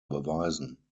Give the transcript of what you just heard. beweisen